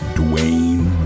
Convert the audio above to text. dwayne